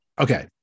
Okay